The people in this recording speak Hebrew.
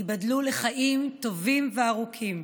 יבדלו לחיים טובים וארוכים,